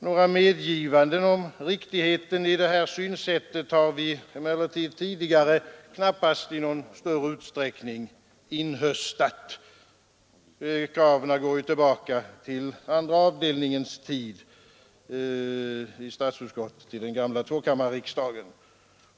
Några medgivanden om riktigheten i det här synsättet har vi emellertid tidigare knappast inhöstat. Kraven går tillbaka till andra avdelningen i statsutskottet på den gamla tvåkammarriksdagens tid.